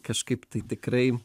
kažkaip tai tikrai